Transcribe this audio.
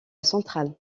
centrale